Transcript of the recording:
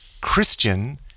Christian